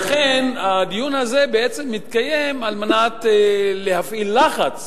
לכן הדיון הזה בעצם מתקיים על מנת להפעיל לחץ